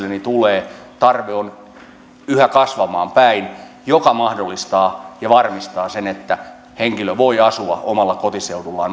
tulee tarve on yhä kasvamaan päin tämä mahdollistaa ja varmistaa sen että henkilö voi asua omalla kotiseudullaan